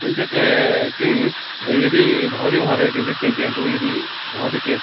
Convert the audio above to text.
किञ्चित् किं यदि भवति महोदय किञ्चित् चिन्तयन्तु यदि भवति चेत्